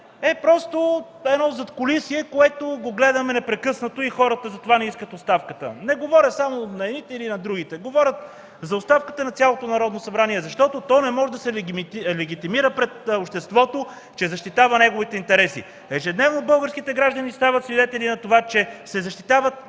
е просто задкулисие, което наблюдаваме непрекъснато и хората затова ни искат оставката! Не говоря – само на едните или на другите, говоря за оставката на цялото Народно събрание, защото то не може да се легитимира пред обществото, че защитава неговите интереси. Ежедневно българските граждани стават свидетели на това, че се защитават